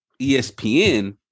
ESPN